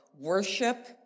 worship